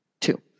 Two